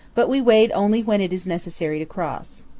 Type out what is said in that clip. but we wade only when it is necessary to cross.